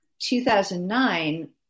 2009